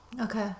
Okay